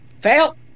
fail